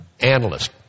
Analyst